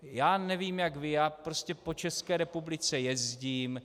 Já nevím jak vy, já prostě po České republice jezdím.